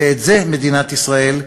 ואת זה מדינת ישראל,